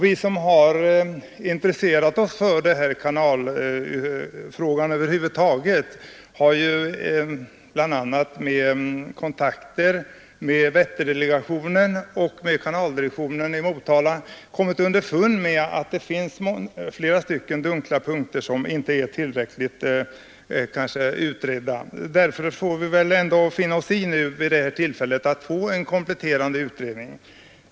Vi som har intresserat oss för kanalfrågan över huvud taget har — bl.a. genom kontakter med Vätterdelegationen och med kanaldirektionen i Motala — kommit underfund med att det finns flera dunkla punkter som kanske ännu inte blivit tillräckligt utredda, och därför måste vi väl nu finna oss i att få ännu en kompletterande utredning.